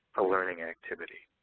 a learning activity.